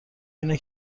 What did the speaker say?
اینه